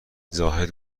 زاهد